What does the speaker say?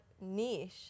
niche